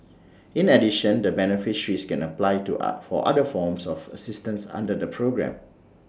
in addition the beneficiaries can apply to for other forms of assistance under the programme